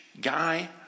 guy